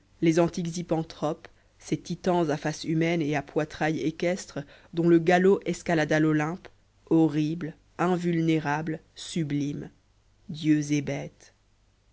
les antiques hippanthropes ces titans à face humaine et à poitrail équestre dont le galop escalada l'olympe horribles invulnérables sublimes dieux et